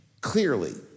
clearly